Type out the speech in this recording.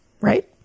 Right